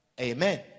Amen